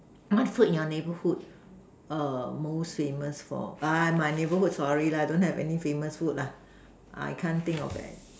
what food in your neighbourhood err most famous for ah my neighbourhood sorry lah don't have any famous food lah I can't think of any